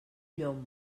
llom